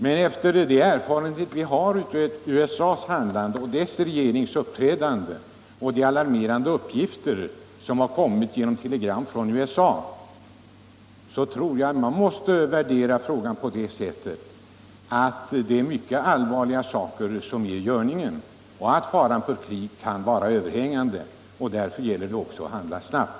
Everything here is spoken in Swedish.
Men med de erfarenheter vi har av USA:s handlande och dess regerings uppträdande och de alarmerande uppgifter som har kommit genom telegram från USA anser jag att vi måste göra den bedömningen att det är mycket allvarliga saker som är i görningen, att fara för krig kan vara överhängande och att det därför gäller att handla snabbt.